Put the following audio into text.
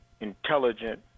intelligent